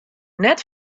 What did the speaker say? net